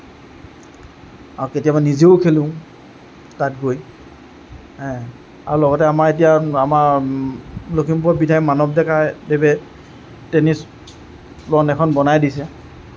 আৰু কেতিয়াবা নিজেও খেলোঁ তাত গৈ আৰু লগতে আমাৰ এতিয়া আমাৰ লখিমপুৰ বিধায়ক মানৱ ডেকা দেৱে টেনিছ লন এখন বনাই দিছে